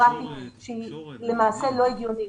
בירוקרטית שהיא למעשה לא הגיונית.